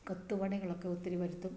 കൊത്തു പണികളൊക്കെ ഒത്തിരി വരുത്തും